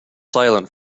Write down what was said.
silent